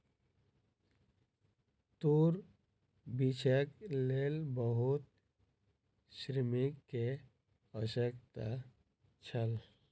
तूर बीछैक लेल बहुत श्रमिक के आवश्यकता छल